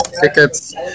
tickets